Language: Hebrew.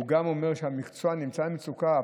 הוא אומר שהמקצוע נמצא במצוקה,